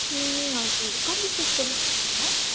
ए हजुर कतिजस्तो लाग्छ होला